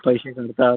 पैसे काढतात